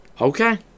okay